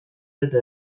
eta